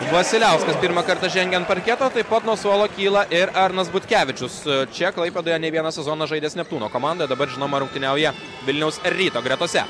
vasiliauskas pirmą kartą žengia ant parketo taip pat nuo suolo kyla ir arnas butkevičius čia klaipėdoje nei vieną sezoną žaidęs neptūno komandoje dabar žinoma rungtyniauja vilniaus ryto gretose